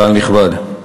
קהל נכבד.